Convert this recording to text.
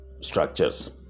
structures